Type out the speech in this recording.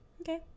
okay